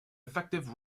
effective